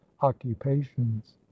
occupations